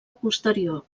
posterior